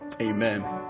amen